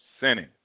Sinning